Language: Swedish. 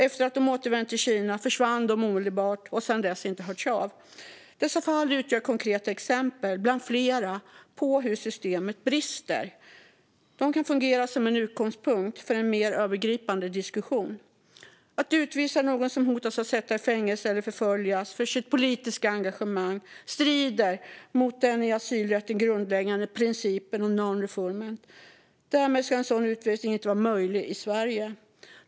Efter att de återvänt till Kina försvann de omedelbart och har sedan dess inte hörts av. Dessa fall utgör konkreta exempel, bland flera, på hur systemet brister. De kan fungera som utgångspunkt för en mer övergripande diskussion. Att utvisa någon som riskerar att sättas i fängelse eller förföljas för sitt politiska engagemang strider mot den i asylrätten grundläggande principen om non-refoulement. Därmed ska en sådan utvisning inte vara möjlig i Sverige.